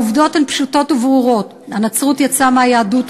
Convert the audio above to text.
העובדות הן פשוטות וברורות: הנצרות יצאה מהיהדות,